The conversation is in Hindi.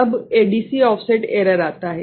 अब एडीसी ऑफसेट एरर आता है